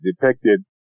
depicted